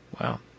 Wow